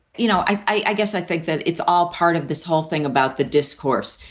you know, i guess i think that it's all part of this whole thing about the discourse.